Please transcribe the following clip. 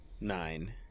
Nine